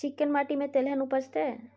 चिक्कैन माटी में तेलहन उपजतै?